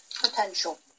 potential